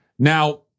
Now